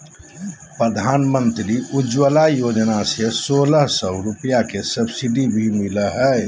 प्रधानमंत्री उज्ज्वला योजना से सोलह सौ रुपया के सब्सिडी भी मिलो हय